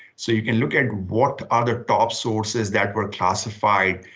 so you can look at what other top sources that were classified,